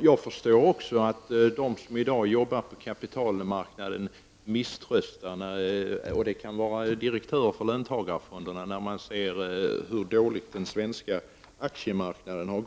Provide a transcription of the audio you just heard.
Jag förstår också att de som i dag arbetar på kapitalmarknaden misströstar, t.ex. direktörerna i löntagarfonderna, när de ser hur dålig utvecklingen har varit på den svenska aktiemarknaden.